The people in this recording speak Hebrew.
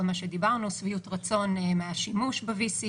מה שדיברנו: שביעות רצון מהשימוש ב-VC,